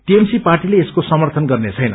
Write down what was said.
TMC पार्टीले यसको समान् गब्रेछैन